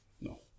no